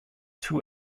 two